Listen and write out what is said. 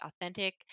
authentic